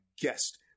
guest